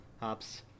Hops